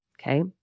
okay